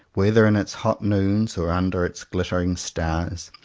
whether in its hot noons or under its glittering stars,